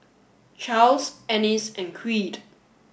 Charls Ennis and Creed